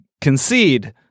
concede